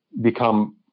become –